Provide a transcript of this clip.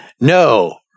no